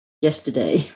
yesterday